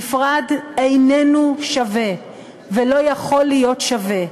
נפרד איננו שווה ולא יכול להיות שווה.